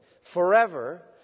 Forever